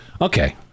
Okay